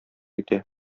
итә